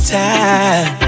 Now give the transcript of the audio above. time